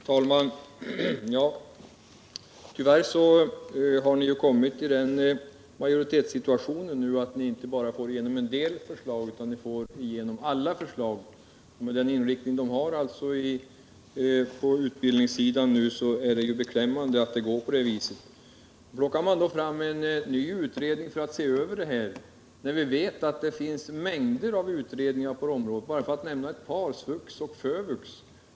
Herr talman! Tyvärr har ni kommit i den majoritetssituationen att ni inte bara får igenom en del förslag, utan ni får igenom alla förslag. Med den inriktning de har på utbildningssidan är det beklämmande att det går på det viset. Man plockar fram en ny utredning för att se över det här, när vi vet att det finns mängder av utredningar på området, t.ex. SVUX och FÖVUX.